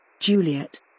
Juliet